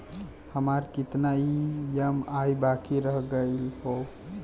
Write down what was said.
हमार कितना ई ई.एम.आई बाकी रह गइल हौ?